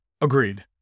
Agreed